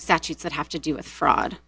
statutes that have to do with fraud